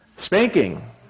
Spanking